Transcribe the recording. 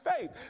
faith